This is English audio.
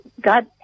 God